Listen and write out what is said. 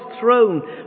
throne